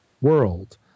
world